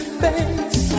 face